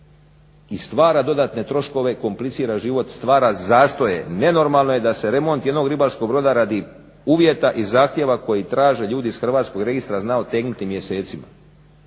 i stvara dodatne troškove, komplicira život, stvara zastoje. Nenormalno je da se remont jednog ribarskog broda radi uvjeta i zahtjeva koji traže ljudi iz Hrvatskog registra zna otegnuti mjesecima.